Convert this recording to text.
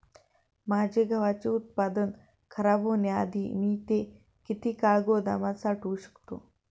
माझे गव्हाचे उत्पादन खराब होण्याआधी मी ते किती काळ गोदामात साठवू शकतो?